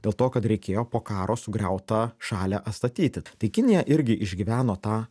dėl to kad reikėjo po karo sugriautą šalį atstatyti tai kinija irgi išgyveno tą